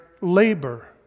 labor